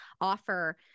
offer